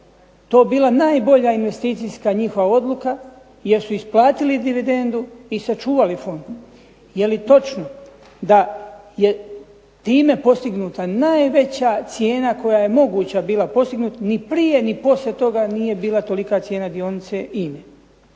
to bila najbolja investicijska njihova odluka, jer su isplatili dividendu i sačuvali fond? Je li točno da je time postignuta najveća cijena koja je moguća bila postignuti, ni prije ni poslije toga nije bila tolika cijena dionice